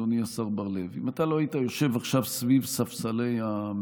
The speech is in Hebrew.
אדוני השר בר לב: אם אתה לא היית יושב עכשיו בספסלי הממשלה,